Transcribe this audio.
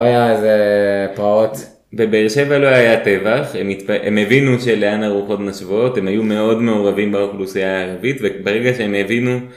לא היה איזה פרעות. בבאר שבע לא היה טבח, הם הבינו שלאן הרוחות נושבות, הם היו מאוד מעורבים באוכלוסייה הערבית וברגע שהם הבינו